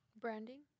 Branding